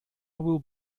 will